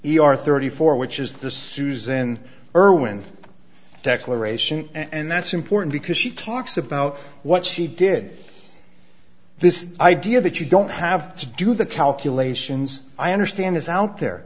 r thirty four which is the susan irwin declaration and that's important because she talks about what she did this idea that you don't have to do the calculations i understand is out there